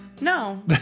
No